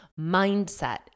mindset